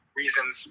reasons